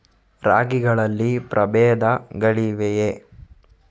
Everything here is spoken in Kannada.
ರಾಗಿಗಳಲ್ಲಿ ಪ್ರಬೇಧಗಳಿವೆಯೇ?